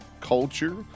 culture